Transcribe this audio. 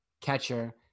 catcher